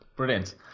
Brilliant